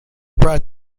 brought